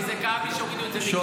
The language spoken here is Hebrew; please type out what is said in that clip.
כי זה כאב לי שהורידו את --- שואלים